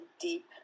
deep